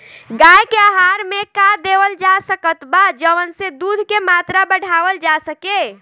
गाय के आहार मे का देवल जा सकत बा जवन से दूध के मात्रा बढ़ावल जा सके?